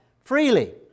freely